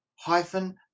hyphen